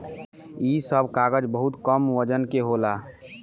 इ सब कागज बहुत कम वजन के होला